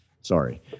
sorry